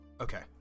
Okay